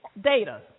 data